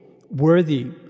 worthy